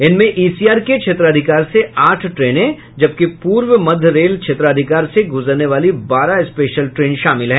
इनमें ईसीआर के क्षेत्राधिकार से आठ ट्रेनें जबकि पूर्व मध्य रेल क्षेत्राधिकार से गुजरने वाली बारह स्पेशल ट्रेन शामिल हैं